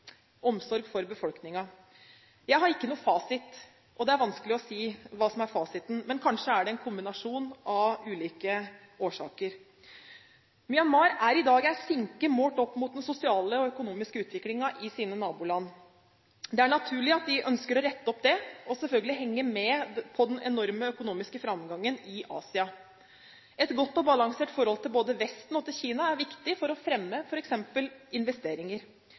Jeg har ingen fasit, og det er vanskelig å si hva som er fasiten. Men kanskje er det en kombinasjon av ulike årsaker. Myanmar er i dag en sinke målt opp imot den sosiale og økonomiske utviklingen i nabolandene. Det er naturlig at de ønsker å rette opp det og selvfølgelig henge med på den enorme økonomiske framgangen i Asia. Et godt og balansert forhold til både Vesten og Kina er viktig for å fremme f.eks. investeringer.